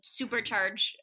supercharge